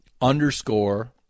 underscore